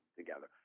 together